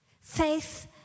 Faith